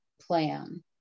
plan